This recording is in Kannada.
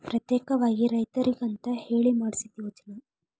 ಪ್ರತ್ಯೇಕವಾಗಿ ರೈತರಿಗಂತ ಹೇಳಿ ಮಾಡ್ಸಿದ ಯೋಜ್ನಾ